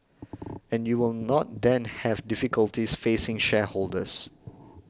and you will not then have difficulties facing shareholders